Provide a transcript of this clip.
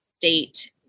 date